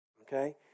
okay